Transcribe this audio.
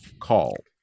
call